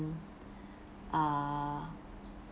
uh